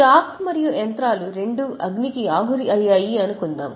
stock మరియు యంత్రాలు రెండు అగ్నికి ఆహుతి అయ్యాయి అనుకుందాం